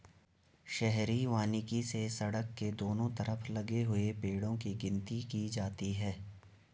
शहरी वानिकी से सड़क के दोनों तरफ लगे हुए पेड़ो की गिनती की जाती है